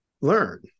learn